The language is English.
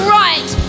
right